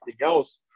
else